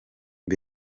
com